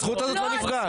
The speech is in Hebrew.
הזכות הזאת לא נפגעת.